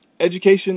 education